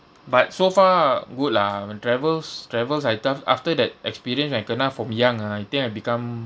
but so far good lah when travels travels are tough after that experience when I kena from young ah I think I become